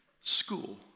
School